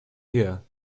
here